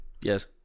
Yes